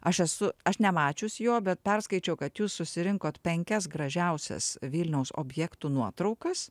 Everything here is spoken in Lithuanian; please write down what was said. aš esu aš nemačius jo bet perskaičiau kad jūs susirinkot penkias gražiausias vilniaus objektų nuotraukas